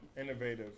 innovative